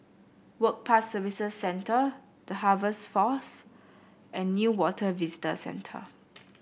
Work Pass Services Centre The Harvest Force and Newater Visitor Centre